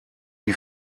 die